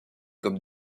comme